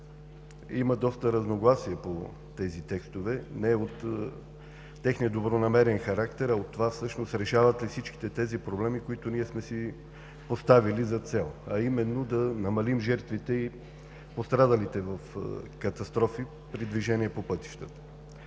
има доста разногласия по тези текстове – не от техния добронамерен характер, а от това решава ли всичките проблеми, които сме си поставили за цел – да намалим жертвите и пострадалите в катастрофи при движение по пътищата.